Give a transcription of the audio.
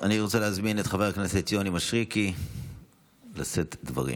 אני רוצה להזמין את חבר הכנסת יוני מישרקי לשאת דברים.